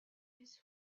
his